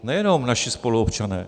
Nejenom naši spoluobčané.